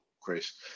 Chris